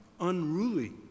unruly